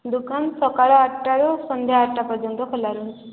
ଦୋକାନ ସକାଳ ଆଠଟାରୁ ସନ୍ଧ୍ୟା ଆଠଟା ପର୍ଯ୍ୟନ୍ତ ଖୋଲା ରହୁଛି